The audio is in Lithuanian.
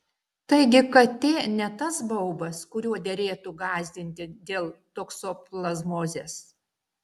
taigi katė ne tas baubas kuriuo derėtų gąsdinti dėl toksoplazmozės